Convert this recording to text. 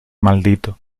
maldito